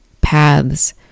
paths